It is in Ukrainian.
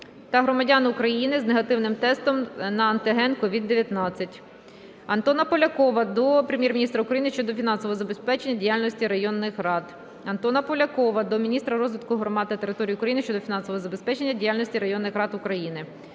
та громадян України із негативним тестом на антиген Covid-19. Антона Полякова до Прем'єр-міністра України щодо фінансового забезпечення діяльності районних рад. Антона Полякова до міністра розвитку громад та територій України щодо фінансового забезпечення діяльності районних рад України.